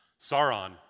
Sauron